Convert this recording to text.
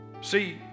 See